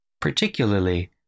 Particularly